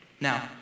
Now